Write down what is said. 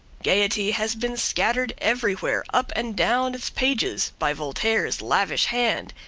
gaiety has been scattered everywhere up and down its pages by voltaire's lavish hand,